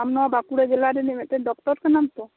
ᱟᱢ ᱱᱚᱶᱟ ᱵᱟᱸᱠᱩᱲᱟ ᱡᱮᱞᱟ ᱨᱤᱱᱤᱡ ᱢᱤᱫᱴᱮᱱ ᱰᱚᱠᱴᱳᱨ ᱠᱟᱱᱟᱢ ᱛᱚ